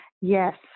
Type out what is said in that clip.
Yes